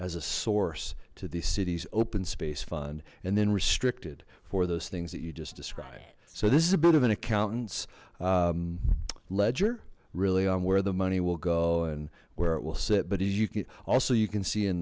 as a source to the city's open space fund and then restricted for those things that you just described so this is a bit of an accountant's ledger really on where the money will go and where it will sit but as you can also you can see in